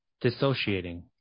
dissociating